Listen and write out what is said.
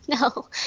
No